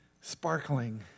sparkling